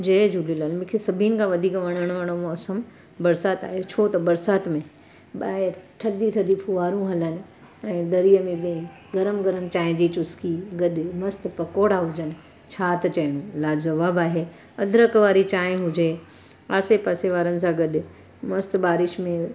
जय झूलेलाल मूंखे सभिनि खां वधीक वणण वारो मौसम बरसाति आहे छो त बरसाति में ॿाहिरि थधी थधी फुहारूं हलनि ऐं दरीअ में वेही गरम गरम चांहि जी चुस्की गॾु में मस्तु पकोड़ा हुजनि छा त चांहि लाजवाबु आहे अदरक वारी चांहि हुजे आसे पासे वारनि सां गॾु मस्तु बारिश में